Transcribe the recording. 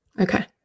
okay